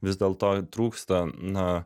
vis dėlto trūksta na